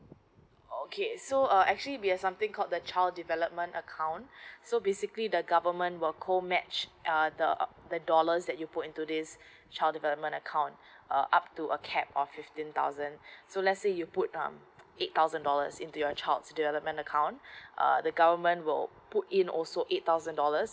okay so uh actually we have something called the child development account so basically the government will co match uh the the dollars that you put into this child development account uh up to a cap of fifteen thousand so let's say you put um eight thousand dollars into your child's development account uh the government will put in also eight thousand dollars